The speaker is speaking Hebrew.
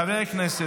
חברי הכנסת,